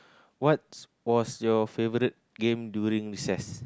what's was your favourite game during recess